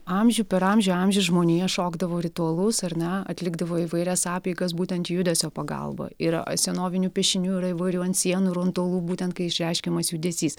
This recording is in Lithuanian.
amžių per amžių amžius žmonija šokdavo ritualus ar ne atlikdavo įvairias apeigas būtent judesio pagalba yra senovinių piešinių yra įvairių ant sienų ir ant uolų būtent kai išreiškiamas judesys